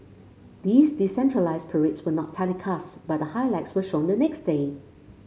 these decentralised parades were not telecast but the highlights were shown the next day